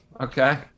Okay